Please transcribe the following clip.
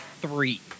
three